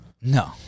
No